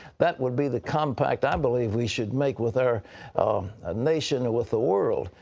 that would be the compact i believe we should make with our ah nation or with the world.